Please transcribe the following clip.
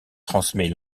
transmet